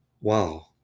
Wow